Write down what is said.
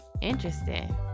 interesting